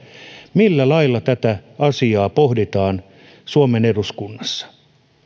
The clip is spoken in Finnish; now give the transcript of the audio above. millä lailla tätä asiaa pohditaan suomen eduskunnassa